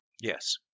Yes